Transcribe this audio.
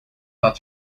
not